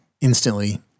instantly